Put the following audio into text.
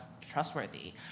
trustworthy